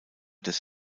des